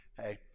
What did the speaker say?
hey